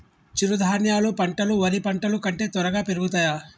చిరుధాన్యాలు పంటలు వరి పంటలు కంటే త్వరగా పెరుగుతయా?